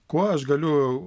kuo aš galiu